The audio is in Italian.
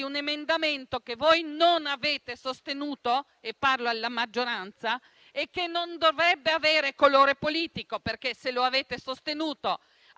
un emendamento che voi non avete sostenuto - parlo alla maggioranza - e che non dovrebbe avere colore politico. Se lo avete sostenuto